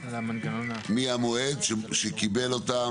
מהמועד שקיבל אותה.